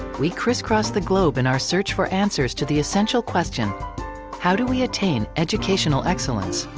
we crisscross the globe in our search for answers to the essential question how do we attain educational excellence?